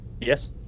Yes